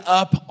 up